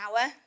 hour